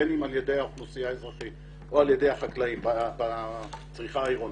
בין אם על ידי האוכלוסייה האזרחית או על ידי החקלאים בצריכה העירונית,